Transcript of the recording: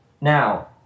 now